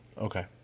Okay